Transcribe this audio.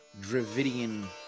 Dravidian